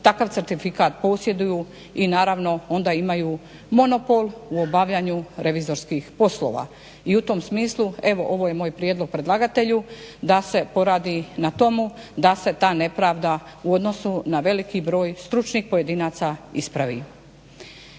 takav certifikat posjeduju i naravno onda imaju monopol u obavljanju revizorskih poslova. I u tom smislu ovo je moj prijedlog predlagatelju da se poradi na tomu da se ta nepravda u odnosu na veliki broj stručnih pojedinca ispravi.